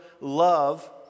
love